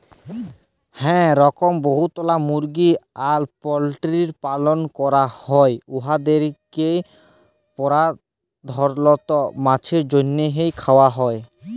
হাঁ রকম বহুতলা মুরগি আর পল্টিরির পালল ক্যরা হ্যয় উয়াদেরকে পর্ধালত মাংছের জ্যনহে খাউয়া হ্যয়